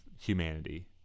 humanity